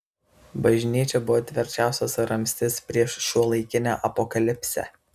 bažnyčia buvo tvirčiausias ramstis prieš šiuolaikinę apokalipsę